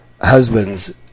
husbands